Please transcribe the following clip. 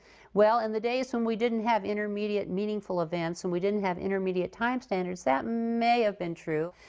well, in the days when we didn't have intermediate meaningful events, and we didn't have intermediate time standards, that may have been true.